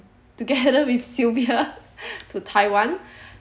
together with sylvia to taiwan